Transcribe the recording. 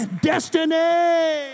destiny